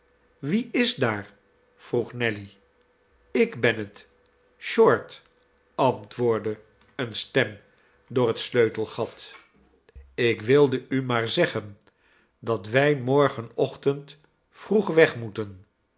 wie is daar vroeg nelly ik ben het short antwoordde eene stem door het sleutelgat ik wilde u maar zeggen dat wij morgenochtend vroeg weg moeten